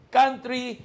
country